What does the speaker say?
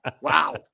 Wow